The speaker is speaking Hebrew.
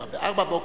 ב-04:00,